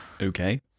Okay